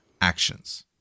actions